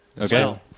Okay